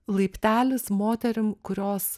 laiptelis moterim kurios